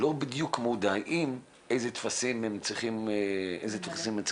לא בדיוק מודעים איזה טפסים הם צריכים למלא,